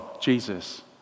Jesus